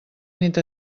nit